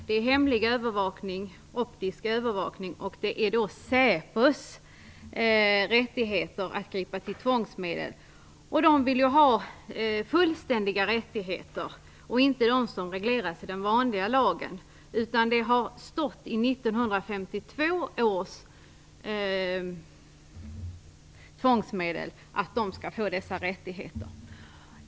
Det är hemlig övervakning, optisk övervakning, och säpos rättigheter att gripa till tvångsmedel. Man vill ha fullständiga rättigheter och inte vara bunden av det som regleras i den vanliga lagen. Det har stått i 1952 års lag om tvångsmedel att man skall få dessa rättigheter.